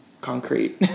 concrete